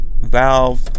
Valve